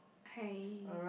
okay